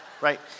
right